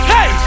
Hey